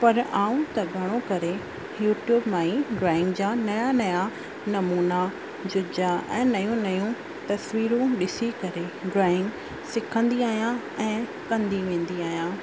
पर मां त घणो करे यूट्यूब मां ई ड्रॉइंग जा नया नया नमूना जिन जा ऐं नयूं नयूं तस्वीरूं ॾिसी करे ड्रॉइंग सिखंदी आहियां ऐं कंदी वेंदी आहियां